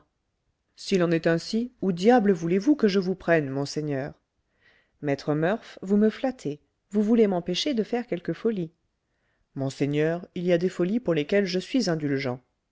s'il en est ainsi où diable voulez-vous que je vous prenne monseigneur maître murph vous me flattez vous voulez m'empêcher de faire quelque folie monseigneur il y a des folies pour lesquelles je suis indulgent